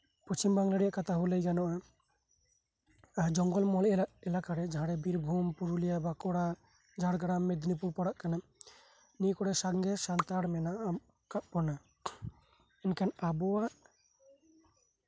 ᱻᱯᱚᱥᱪᱷᱤᱢ ᱵᱟᱝᱞᱟ ᱨᱮᱭᱟᱜ ᱠᱟᱛᱷᱟ ᱦᱚᱸ ᱞᱟᱹᱭ ᱜᱟᱱᱚᱜᱼᱟ ᱡᱚᱝᱜᱚᱞ ᱢᱚᱦᱚᱞ ᱮᱞᱟᱠᱟᱨᱮ ᱡᱟᱸᱦᱟᱨᱮ ᱵᱤᱨᱵᱷᱩᱢ ᱯᱩᱨᱩᱞᱤᱭᱟ ᱵᱟᱸᱠᱩᱲᱟᱨᱮ ᱡᱷᱟᱲᱜᱮᱨᱟᱢ ᱢᱮᱫᱱᱤᱯᱩᱨ ᱯᱟᱲᱟᱜ ᱠᱟᱱᱟ ᱱᱤᱭᱟᱹ ᱠᱚᱨᱮᱜ ᱥᱟᱝᱜᱮ ᱥᱟᱱᱛᱟᱲ ᱢᱮᱱᱟᱜ ᱠᱟᱜ ᱵᱚᱱᱟ ᱢᱮᱱᱠᱷᱟᱱ ᱟᱵᱚᱣᱟᱜ